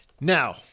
Now